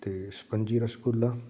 ਅਤੇ ਸਪੰਜੀ ਰਸਗੁੱਲਾ